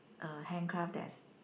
uh handcraft that's